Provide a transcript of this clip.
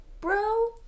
bro